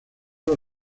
los